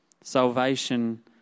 Salvation